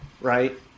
right